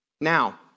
Now